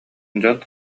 дьон